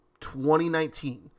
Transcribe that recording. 2019